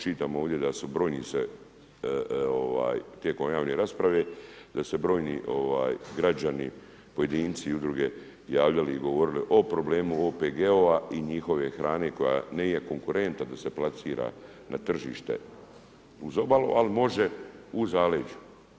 Čitamo ovdje da su brojni se tijekom javne rasprave, da su se brojni građani pojedinci i udruge javljali i govorili o problemu OPG-ova i njihove hrane koja nije konkurentna da se plasira na tržište uz obalu, ali može u zaleđu.